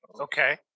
Okay